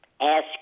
Ask